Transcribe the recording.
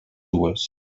dues